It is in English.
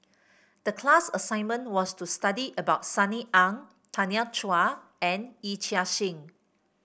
the class assignment was to study about Sunny Ang Tanya Chua and Yee Chia Hsing